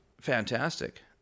Fantastic